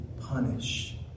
punish